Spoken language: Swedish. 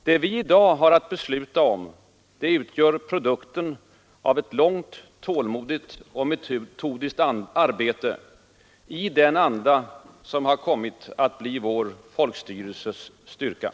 Det vi i dag har att besluta om utgör produkten av ett långt, tålmodigt och metodiskt arbete Nr 30 i den anda som har kommit att bli vår folkstyrelses styrka.